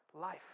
life